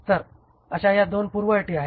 तर अशा ह्या २ पूर्वअटी आहेत